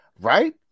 Right